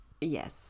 Yes